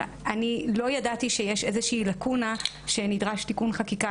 אני לא ידעתי שיש איזו שהיא לקונה שנדרש תיקון חקיקה